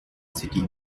city